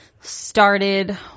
started